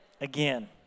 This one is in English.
again